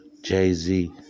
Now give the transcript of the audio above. Jay-Z